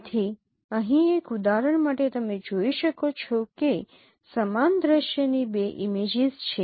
તેથી અહીં એક ઉદાહરણ માટે તમે જોઈ શકો છો કે સમાન દ્રશ્યની બે ઇમેજીસ છે